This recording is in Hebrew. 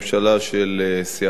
של סיעת חד"ש,